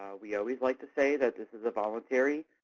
ah we always like to say that this is a voluntary